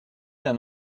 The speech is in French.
d’un